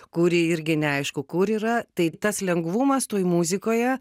kuri irgi neaišku kur yra tai tas lengvumas toj muzikoje